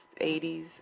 80s